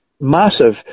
massive